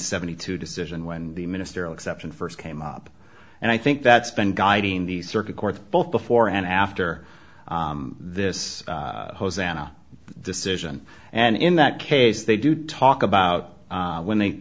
seventy two decision when the ministerial exception first came up and i think that's been guiding the circuit court both before and after this hosanna decision and in that case they do talk about when they